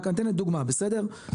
אני אתן דוגמה בסדר?